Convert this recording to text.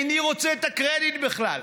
איני רוצה את הקרדיט בכלל,